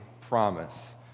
promise